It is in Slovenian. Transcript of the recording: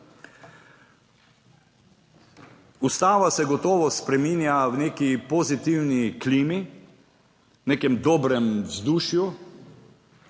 Ustava se gotovo spreminja v neki pozitivni klimi, v nekem dobrem vzdušju,